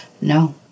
No